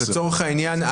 לצורך העניין,